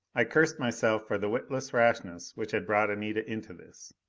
i cursed myself for the witless rashness which had brought anita into this!